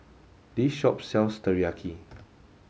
this shop sells Teriyaki